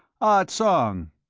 ah tsong!